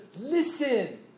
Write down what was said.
listen